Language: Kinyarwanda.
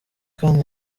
kandi